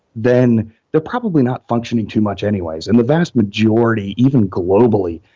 then they're probably not functioning too much anyways, and the vast majority, even globally,